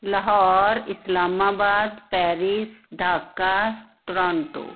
Lahore Islamabad Paris Dhaka Toronto